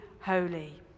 holy